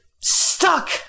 stuck